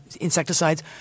insecticides